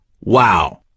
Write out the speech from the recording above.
Wow